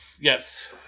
Yes